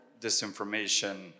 disinformation